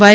Y